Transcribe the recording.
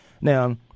Now